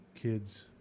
kids